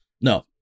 no